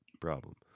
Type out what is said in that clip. problem